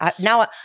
now